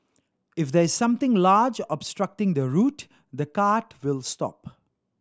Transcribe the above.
if there is something large obstructing the route the cart will stop